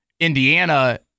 Indiana